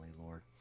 Lord